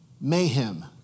mayhem